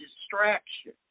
distraction